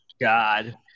God